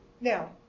now